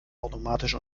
automatisch